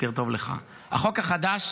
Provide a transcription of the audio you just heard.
החוק החדש